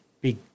big